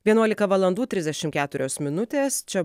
vienuolika valandų trisdešimt keturios minutės čia